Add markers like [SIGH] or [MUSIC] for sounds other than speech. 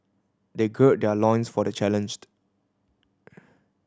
they gird their loins for the challenged [NOISE]